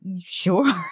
Sure